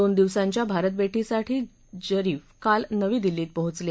दोन दिवसाच्या भारतभेटीसाठी जरीफ काल नवी दिल्लीत पोहोचले